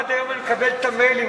עד היום אני מקבל את המיילים,